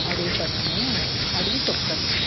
అడుగుతాను నేను అడిగి చెప్తాను నీకు